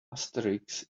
asterisk